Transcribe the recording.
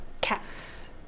Cats